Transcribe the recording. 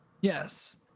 Yes